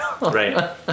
right